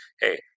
Hey